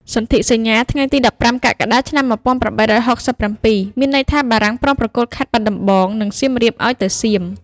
សន្ធិសញ្ញា ថ្ងៃទី១៥ កក្កដា ១៨៦៧ មានន័យថាបារាំង ព្រមប្រគល់ខេត្តបាត់ដំបង និងសៀមរាប ទៅឱ្យសៀម។